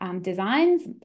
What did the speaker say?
designs